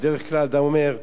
בדרך כלל אדם אומר: